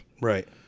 Right